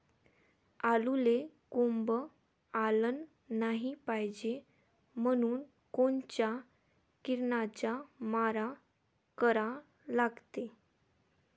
आलूले कोंब आलं नाई पायजे म्हनून कोनच्या किरनाचा मारा करा लागते?